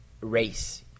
race